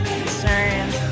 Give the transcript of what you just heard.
concerns